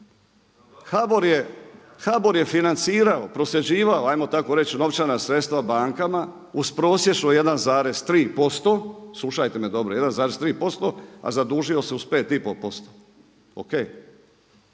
HBOR je financirao, prosljeđivao ajmo tako reći novčana sredstva bankama uz prosječno 1,3%, slušajte me dobro, 1,3%, a zadužio uz 5,5%